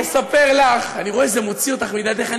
הוא, אני אספר לך, אני רואה שזה מוציא אותך מדעתך.